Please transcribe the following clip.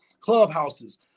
clubhouses